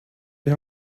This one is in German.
die